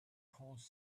cause